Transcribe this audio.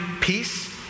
peace